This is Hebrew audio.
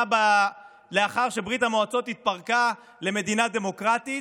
לאחר שברית המועצות התפרקה למדינה דמוקרטית.